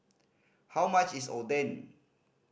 how much is Oden